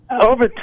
over